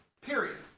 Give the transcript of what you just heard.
Period